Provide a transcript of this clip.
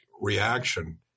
reaction